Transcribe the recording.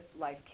life